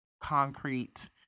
concrete